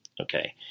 Okay